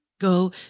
go